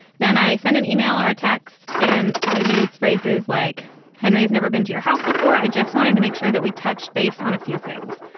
then i send an e-mail or a text and i use phrases like henry's never been to your house before. i just wanted to make sure that we touched base on a few things.